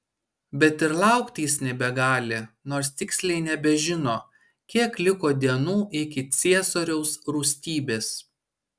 bet ir laukti jis nebegali nors tiksliai nebežino kiek liko dienų iki ciesoriaus rūstybės